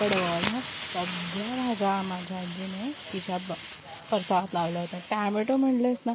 पडवळ ह्या सगळ्या भाज्या माझ्या आजीने तिच्या परसावात लावल्या होत्या टॅमॅटो म्हटलंस ना